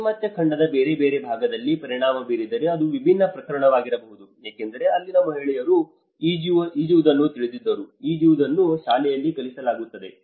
ಪಾಶ್ಚಿಮಾತ್ಯ ಖಂಡದ ಬೇರೆ ಬೇರೆ ಭಾಗದಲ್ಲಿ ಪರಿಣಾಮ ಬೀರಿದರೆ ಅದು ವಿಭಿನ್ನ ಪ್ರಕರಣವಾಗಿರಬಹುದು ಏಕೆಂದರೆ ಅಲ್ಲಿನ ಮಹಿಳೆಯರು ಈಜುವುದನ್ನು ತಿಳಿದಿದ್ದರು ಈಜುವುದನ್ನು ಶಾಲೆಯಲ್ಲಿ ಕಲಿಸಲಾಗುತ್ತದೆ